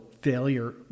failure